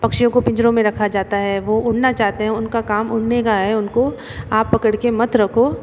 पक्षियों को पिंजरों में रखा जाता है वो उड़ना चाहते हैं उनका काम उड़ने का है उनको आप पकड़ के मत रखो